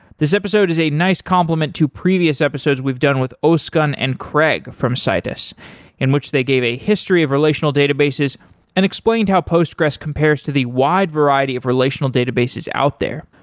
this episode is a nice complement to previous episodes we've done with ozgun and craig from citus in which they gave a history of relational databases and explained how postgres compares to the wide variety of relational databases out there.